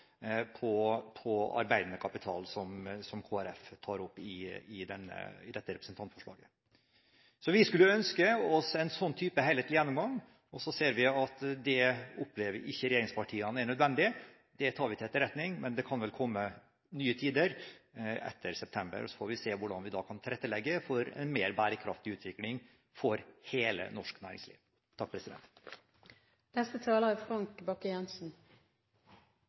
formuesskatt på arbeidende kapital, som Kristelig Folkeparti tar opp i dette representantforslaget. Vi skulle ønske oss en slik helhetlig gjennomgang. Vi ser at det opplever ikke regjeringspartiene som nødvendig. Det tar vi til etterretning, men det kan vel komme nye tider etter september. Da får vi se hvordan vi kan tilrettelegge for en mer bærekraftig utvikling for hele det norske næringslivet. Jeg har bare noen korte kommentarer til debatten. Representanten Heggø som stilte seg tvilende til Høyres evne til å styre ansvarlig økonomisk. Høyre er